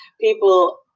people